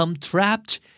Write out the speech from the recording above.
trapped